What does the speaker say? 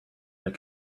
that